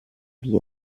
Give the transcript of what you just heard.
wie